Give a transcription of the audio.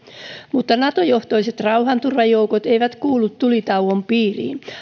mutta nato johtoiset rauhanturvajoukot eivät kuulu tulitauon piiriin